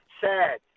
sad